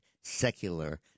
secular